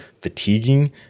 fatiguing